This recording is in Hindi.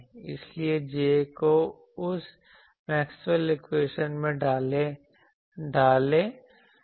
इसलिए J को उस मैक्सवेल इक्वेशन में डालें है